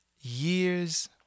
years